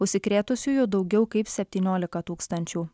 užsikrėtusiųjų daugiau kaip septyniolika tūkstančių